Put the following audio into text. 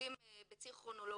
עובדים בציר כרונולוגי,